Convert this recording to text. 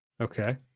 Okay